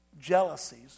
jealousies